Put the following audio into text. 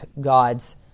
God's